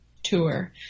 tour